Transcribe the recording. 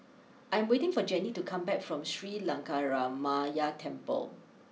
I'm waiting for Gennie to come back from Sri Lankaramaya Temple